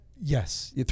yes